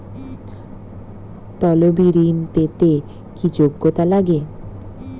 তলবি ঋন পেতে কি যোগ্যতা লাগে?